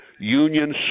union